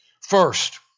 First